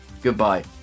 goodbye